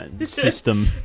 system